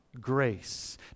grace